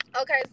Okay